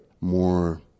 more